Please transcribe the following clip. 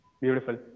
Beautiful